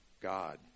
God